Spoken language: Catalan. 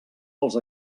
dels